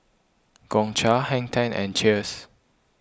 Gongcha Hang ten and Cheers